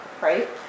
right